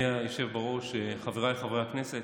אדוני היושב בראש, חבריי חברי הכנסת,